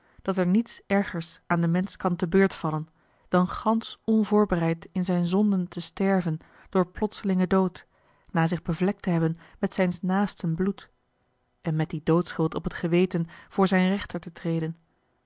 dat er niets ergers aan den mensch kan tebeurtvallen dan gansch onvoorbereid in zijne zonden te sterven door plotselingen dood na zich bevlekt te hebben met zijns naasten bloed en met die doodschuld op het geweten voor zijn rechter te treden